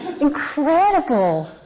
Incredible